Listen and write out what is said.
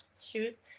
shoot